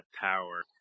power